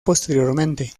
posteriormente